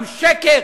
גם שקר,